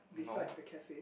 beside the cafe